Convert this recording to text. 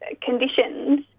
conditions